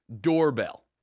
Doorbell